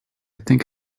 think